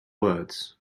words